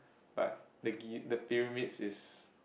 but the gi~ the pyramid is